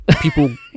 people